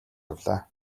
явлаа